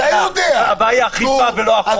הבעיה אכיפה ולא החוק.